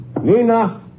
Nina